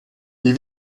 die